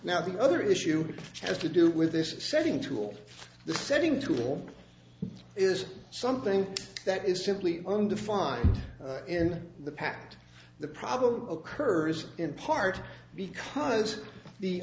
now the other issue has to do with this setting tool the setting tool is something that is simply undefined in the pact the problem occurs in part because the